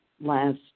last